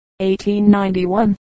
1891